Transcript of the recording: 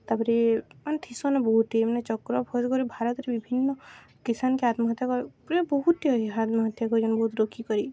ତା'ପରେ ମାନେ ଥିସନ୍ ନ ବହୁତ୍ଟେ ମାନେ ଚକ୍ର କରି ଭାରତ୍ରେ ବିଭିନ୍ନ କିସାନ୍କେ ଆତ୍ମହତ୍ୟା କରି ବେଲେ ବହୁତ୍ଟେ ଅଛନ୍ ଆତ୍ମହତ୍ୟା କୋ ବହୁତ୍ ରୋକି କରି